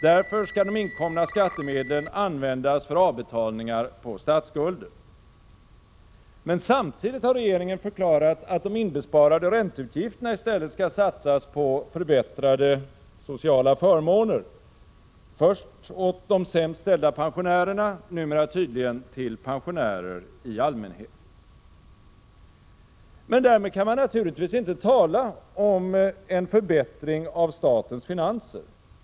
Därför skall de inkomna skattemedlen användas för avbetalningar på statsskulden, Men samtidigt har regeringen förklarat att de inbesparade ränteutgifterna i stället skall satsas på förbättra 81 de sociala förmåner, först åt de sämst ställda pensionärerna och numera tydligen till pensionärer i allmänhet. Men därmed kan man naturligtvis inte tala om en förbättring av statens finanser.